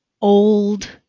old